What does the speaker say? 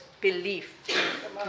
belief